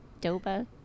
Doba